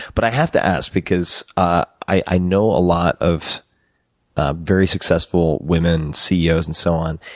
but, i have to ask because ah i i know a lot of ah very successful women, ceo's, and so on.